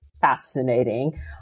fascinating